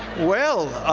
well,